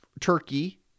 Turkey